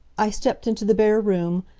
i stepped into the bare room,